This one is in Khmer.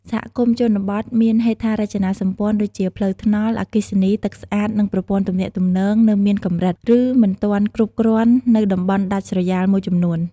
សហគមន៍ជនបទមានហេដ្ឋារចនាសម្ព័ន្ធដូចជាផ្លូវថ្នល់ អគ្គិសនី ទឹកស្អាត និងប្រព័ន្ធទំនាក់ទំនងនៅមានកម្រិត ឬមិនទាន់គ្រប់គ្រាន់នៅតំបន់ដាច់ស្រយាលមួយចំនួន។